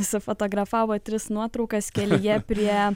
nusifotografavo tris nuotraukas kelyje prie